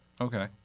Okay